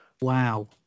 Wow